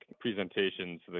presentations